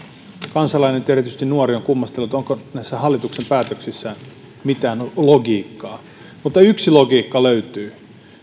kansalainen ja erityisesti nuori on kummastellut onko näissä hallituksen päätöksissä mitään logiikkaa mutta yksi logiikka löytyy